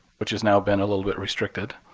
which has now been a little bit restricted.